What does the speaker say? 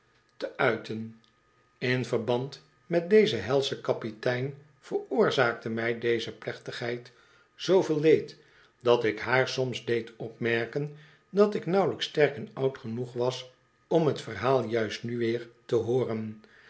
in verband met dezen helscben kapitein veroorzaakte mij deze plechtigheid zooveel leed dat ik haar soms dééd opmerken dat ik nauwelijks sterk en oud genoeg was om t verhaal juist nu weer te huoren